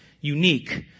unique